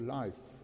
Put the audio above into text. life